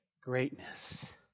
greatness